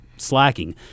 Slacking